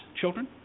children